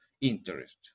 interest